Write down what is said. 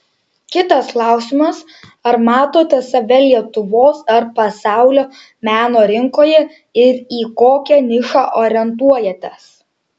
kitas klausimas ar matote save lietuvos ar pasaulio meno rinkoje ir į kokią nišą orientuojatės